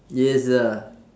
yes